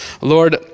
Lord